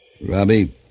Robbie